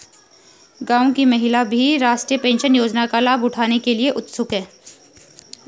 गांव की महिलाएं भी राष्ट्रीय पेंशन योजना का लाभ उठाने के लिए उत्सुक हैं